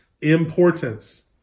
importance